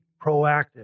proactive